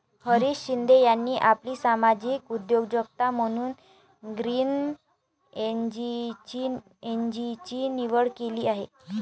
हरीश शिंदे यांनी आपली सामाजिक उद्योजकता म्हणून ग्रीन एनर्जीची निवड केली आहे